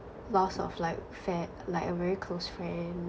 loss of like fa~ like a very close friend